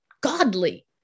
godly